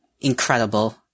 incredible